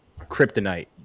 kryptonite